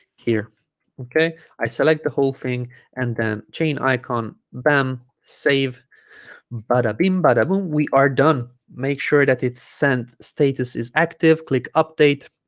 here okay i select the whole thing and then chain icon bam save but but i mean we are done make sure that it's sent status is active click update